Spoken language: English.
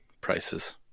prices